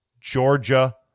Georgia